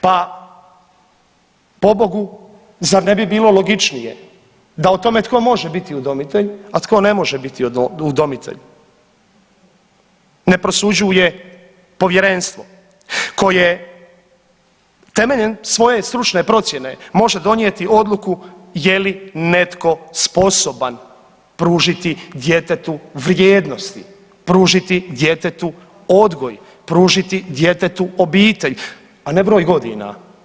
Pa pobogu zar ne bi bilo logičnije da o tome tko može biti udomitelj, a tko ne može biti udomitelj ne prosuđuje povjerenstvo koje temeljem svoje stručne procjene može donijeti odluku je li netko sposoban pružiti djetetu vrijednosti, pružiti djetetu odgoj, pružiti djetetu obitelj, a ne broj godina.